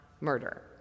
murder